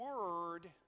word